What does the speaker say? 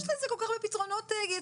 יש לזה כל כך הרבה פתרונות יצירתיים.